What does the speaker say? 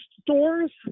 stores